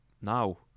now